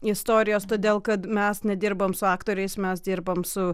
istorijos todėl kad mes nedirbam su aktoriais mes dirbam su